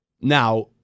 Now